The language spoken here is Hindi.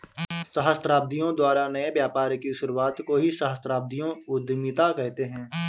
सहस्राब्दियों द्वारा नए व्यापार की शुरुआत को ही सहस्राब्दियों उधीमता कहते हैं